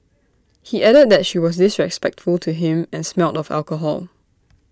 he added that she was disrespectful to him and smelled of alcohol